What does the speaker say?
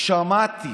שמעתי.